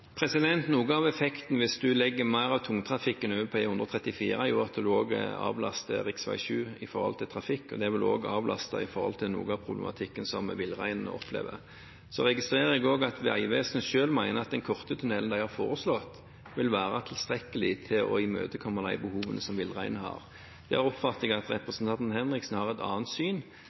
Noe av effekten hvis man legger mer av tungtrafikken over på E134, er at man også avlaster rv. 7 med hensyn til trafikk, og det vil også avlaste når det gjelder noe av problematikken som man opplever for villreinen. Så registrerer jeg også at Vegvesenet selv mener at den korte tunnelen de har foreslått, vil være tilstrekkelig for å imøtekomme de behovene som villreinen har. Der oppfatter jeg at representanten Henriksen har et annet syn